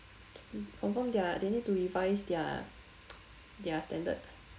confirm their they need to revise their their standard